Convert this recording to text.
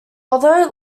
although